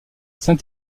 saint